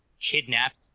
kidnapped